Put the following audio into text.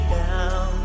down